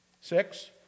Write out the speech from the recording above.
Six